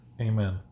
Amen